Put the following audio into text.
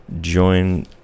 join